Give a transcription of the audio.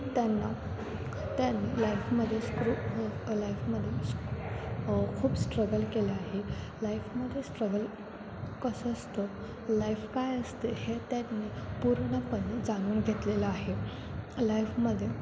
त्यांना त्यां लाईफमध्ये स्क्रू लाईफमध्ये खूप स्ट्रगल केलं आहे लाईफमध्ये स्ट्रगल कसं असतं लाईफ काय असते हे त्यांनी पूर्णपणे जाणून घेतलेलं आहे लाईफमध्ये